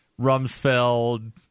Rumsfeld